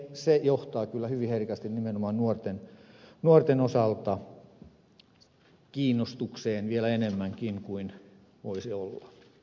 se johtaa kyllä hyvin herkästi nimenomaan nuorten osalta kiinnostukseen vielä enemmänkin kuin voisi olla paikallaan